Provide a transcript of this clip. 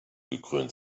gekrönt